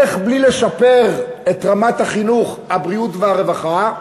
איך בלי לשפר את רמת החינוך, הבריאות והרווחה,